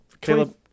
Caleb